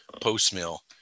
post-mill